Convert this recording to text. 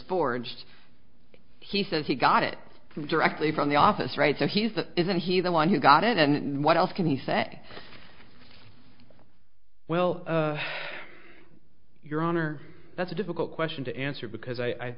forged he says he got it directly from the office right and he said isn't he the one who got it and what else can he say well your honor that's a difficult question to answer because i